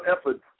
effort